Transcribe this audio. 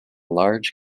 large